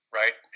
right